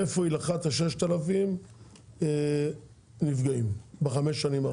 מאיפה היא לקחה את ה-6,000 נפגעים בחמש השנים האחרונות.